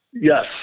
Yes